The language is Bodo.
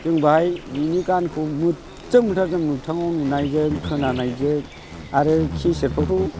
जों बाहाय बिनि गानखौ मोजजां मोनथारदों मोखथाङाव नुनायजों खोनानायजों आरो केसेटफ्रावथ'